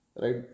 right